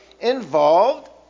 involved